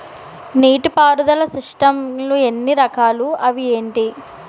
నీటిపారుదల సిస్టమ్ లు ఎన్ని రకాలు? అవి ఏంటి?